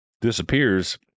disappears